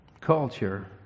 culture